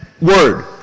word